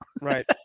Right